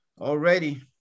Already